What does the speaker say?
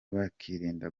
bakirinda